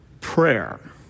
Prayer